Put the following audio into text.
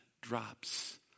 drops